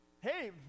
hey